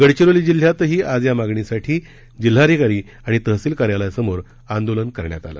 गडचिरोली जिल्ह्यातही आज या मागणीसाठी जिल्हाधिकारी आणि तहसील कार्यालयासमोर आंदोलन करण्यात आलं